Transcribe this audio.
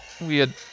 weird